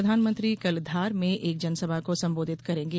प्रधानमंत्री कल धार में एक जनसभा को संबोधित करेंगे